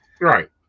Right